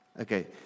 Okay